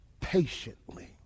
patiently